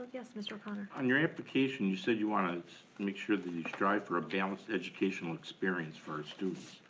yes, mr. o'connor. on your application, you said you wanted to make sure that you strive for a balanced educational experience for our students.